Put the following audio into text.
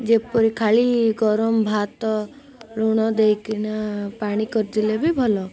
ଯେପରି ଖାଲି ଗରମ ଭାତ ଲୁଣ ଦେଇକିନା ପାଣି କରିଥିଲେ ବି ଭଲ